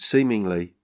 Seemingly